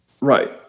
Right